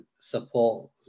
support